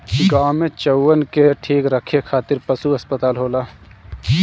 गाँव में चउवन के ठीक रखे खातिर पशु अस्पताल होला